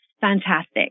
Fantastic